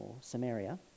Samaria